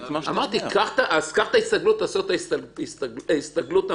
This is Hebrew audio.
קח את ההסתגלות, תעשה אותה הסתגלות אמיתית,